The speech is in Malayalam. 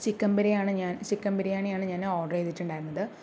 ചിക്കൻ ബിരിയാണി ഞാൻ ചിക്കൻ ബിരിയാണി ഞാൻ ഓർഡർ ചെയ്തിട്ടുണ്ടായിരുന്നത്